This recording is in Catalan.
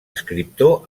escriptor